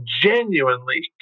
genuinely